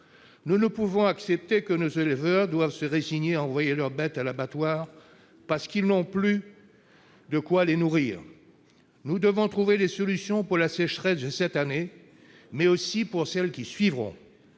Nous ne pouvons pas accepter que nos éleveurs doivent se résigner à envoyer leurs bêtes à l'abattoir, parce qu'ils n'ont plus de quoi les nourrir. Nous devons trouver des solutions pour la sécheresse de cette année, mais aussi pour celles qui suivront.